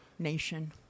nation